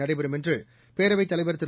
நடைபெறும் என்று பேரவைத் தலைவர் திரு